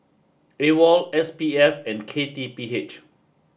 AWOL S P F and K T P H